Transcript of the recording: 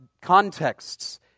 contexts